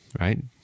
right